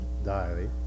diary